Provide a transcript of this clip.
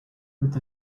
with